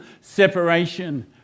separation